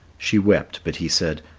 she wept, but he said,